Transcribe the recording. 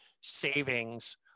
savings